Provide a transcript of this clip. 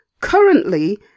Currently